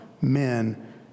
men